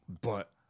But-